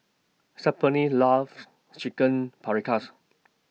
loves Chicken Paprikas